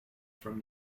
from